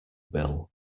bill